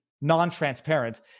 non-transparent